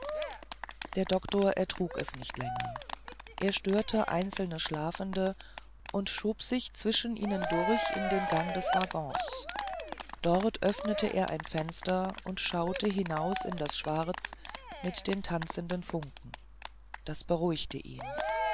der doktor ertrug es nicht länger er störte einzelne schlafende und schob sich zwischen ihnen durch in den gang des waggons dort öffnete er ein fenster und schaute hinaus in das schwarz mit den tanzenden funken das beruhigte ihn